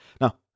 Now